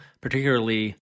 particularly